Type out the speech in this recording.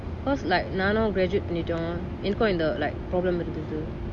cause like நானும்:naanum graduate பணித்தான் என்னாகும் இந்த:panitan ennakum intha like the problem இருந்துது:irunthuthu